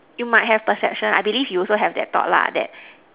you might have perception I believe you also have that thought lah that